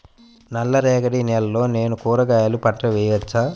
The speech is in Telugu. నల్ల రేగడి నేలలో నేను కూరగాయల పంటను వేయచ్చా?